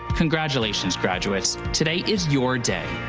congratulations, graduates. today is your day.